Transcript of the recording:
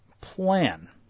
plan